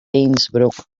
innsbruck